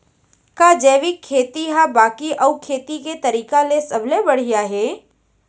का जैविक खेती हा बाकी अऊ खेती के तरीका ले सबले बढ़िया हे?